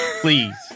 Please